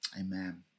Amen